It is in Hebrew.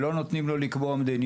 באם כן או לא נותנים לו לקבוע מדיניות.